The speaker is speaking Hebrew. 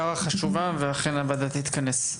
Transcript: הערה חשובה, ואכן הוועדה תתכנס.